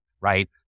right